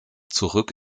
zurück